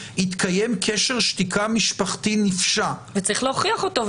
התקיים קשר שתיקה משפחתי נפשע --- וצריך להוכיח אותו,